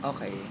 Okay